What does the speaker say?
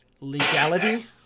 legality